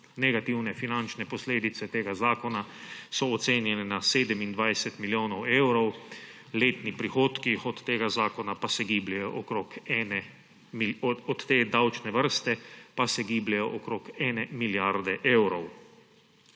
Negativne finančne posledice tega zakona so ocenjene na 27 milijonov evrov, letni prihodki od te davčne vrste pa se gibljejo okrog ene milijarde evrov.